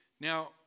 Now